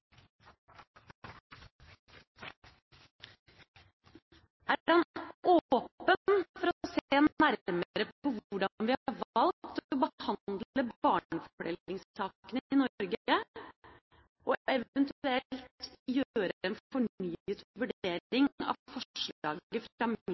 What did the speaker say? Er han åpen for å se nærmere på hvordan vi har valgt å behandle barnefordelingssakene i Norge, og eventuelt gjøre en fornyet